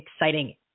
exciting